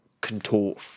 contort